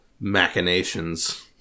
machinations